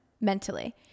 mentally